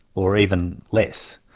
or even less.